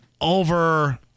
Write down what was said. over